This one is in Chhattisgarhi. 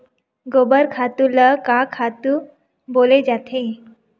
गोबर खातु ल का खातु बोले जाथे?